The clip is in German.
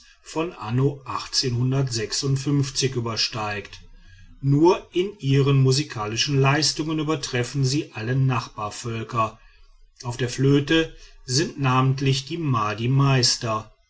von anno übersteigt nur in ihren musikalischen leistungen übertreffen sie alle nachbarvölker auf der flöte sind namentlich die madi